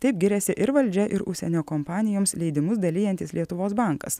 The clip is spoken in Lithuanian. taip giriasi ir valdžia ir užsienio kompanijoms leidimus dalijantis lietuvos bankas